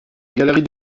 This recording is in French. galerie